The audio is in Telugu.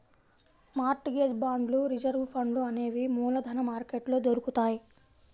మార్ట్ గేజ్ బాండ్లు రిజర్వు ఫండ్లు అనేవి మూలధన మార్కెట్లో దొరుకుతాయ్